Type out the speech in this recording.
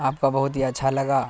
آپ کا بہت ہی اچھا لگا